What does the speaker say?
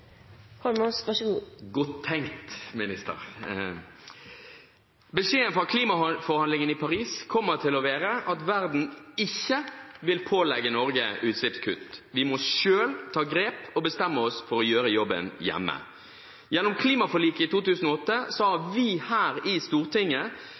Godt tenkt, minister. Beskjeden fra klimaforhandlingene i Paris kommer til å være at verden ikke vil pålegge Norge utslippskutt. Vi må selv ta grep og bestemme oss for å gjøre jobben hjemme. Gjennom klimaforliket i 2008 har vi her i Stortinget